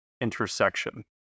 intersection